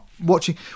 Watching